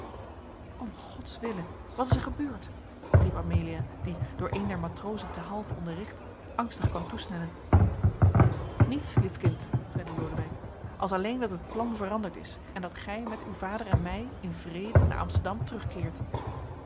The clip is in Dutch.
om godswille wat is er gebeurd riep amelia die door een der matrozen ten halve onderricht angstig kwam toesnellen niets lief kind zeide lodewijk als alleen dat het plan veranderd is en dat gij met uw vader en mij in vrede naar amsterdam terugkeert